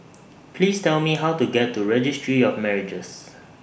Please Tell Me How to get to Registry of Marriages